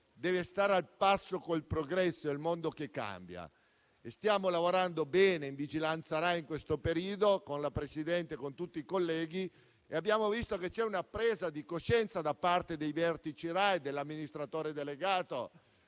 deve stare al passo con il progresso e con il mondo che cambia. Stiamo lavorando bene in Commissione di vigilanza Rai in questo periodo, con la Presidente e con tutti i colleghi, e abbiamo visto che c'è una presa di coscienza da parte dei vertici Rai, dell'amministratore delegato